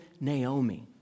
Naomi